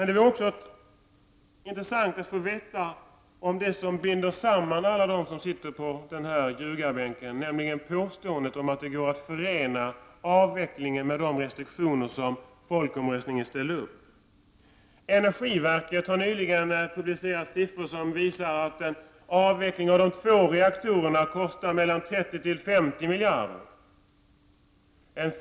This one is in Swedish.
Det vore intressant att också få en kommentar till det som binder samman alla dem som sitter på ljugarbänken, nämligen påståendet om att det går att förena avvecklingen med de restriktioner som folkomröstningen beslutade om. Energiverket har nyligen publicerat siffror som visar att avveckling av de två reaktorerna kostar mellan 30 miljarder kronor och 50 miljarder kronor.